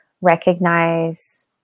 recognize